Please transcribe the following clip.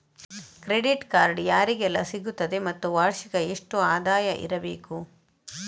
Credit card ಯಾರಿಗೆಲ್ಲ ಸಿಗುತ್ತದೆ ಮತ್ತು ವಾರ್ಷಿಕ ಎಷ್ಟು ಆದಾಯ ಇರಬೇಕು?